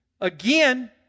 Again